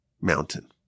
mountain